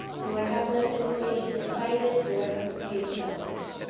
do i have enough information to cite it? do i have the page numbers?